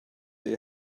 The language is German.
ihr